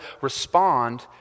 respond